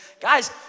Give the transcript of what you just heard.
guys